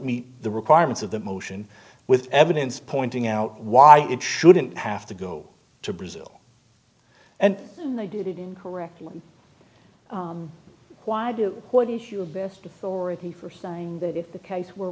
meet the requirements of the motion with evidence pointing out why it shouldn't have to go to brazil and they did it incorrectly why do what is your best authority for saying that if the case w